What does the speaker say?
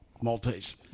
Maltese